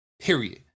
period